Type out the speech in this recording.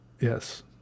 Yes